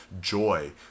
joy